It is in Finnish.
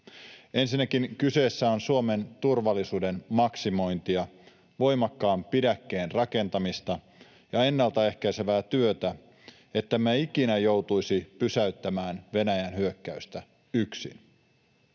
Ensinnäkin kyse on Suomen turvallisuuden maksimoinnista, voimakkaan pidäkkeen rakentamisesta ja ennaltaehkäisevästä työstä, ettemme ikinä joutuisi pysäyttämään Venäjän hyökkäystä yksin.